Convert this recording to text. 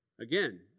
Again